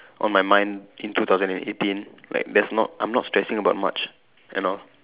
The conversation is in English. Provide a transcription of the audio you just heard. on my mind in two thousand and eighteen like there's not I'm not stressing about much you know